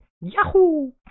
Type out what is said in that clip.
Yahoo